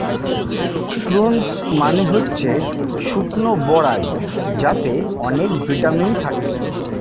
prunes মানে হচ্ছে শুকনো বরাই যাতে অনেক ভিটামিন থাকে